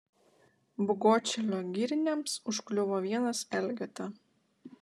bagotšilio giriniams užkliuvo vienas elgeta